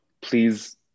please